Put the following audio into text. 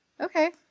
Okay